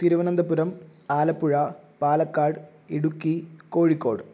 Thiruvananthapuram Alappuzha Palakkad Idukki Kozhikode